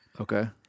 Okay